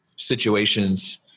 situations